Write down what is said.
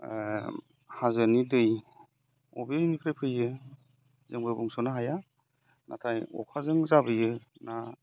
हाजोनि दै बबेनिफ्राय फैयो जोंबो बुंसनो हाया नाथाय अखाजों जाबोयो ना